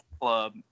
Club